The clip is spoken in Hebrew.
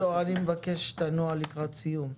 אביגדור, אני שמבקש שתנוע לקראת סיום.